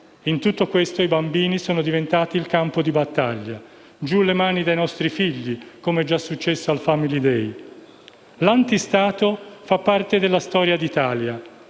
In tutto questo i bambini sono diventati il campo di battaglia: «Giù le mani dai nostri figli», come è già successo al Family day. L'anti-Stato fa parte della storia d'Italia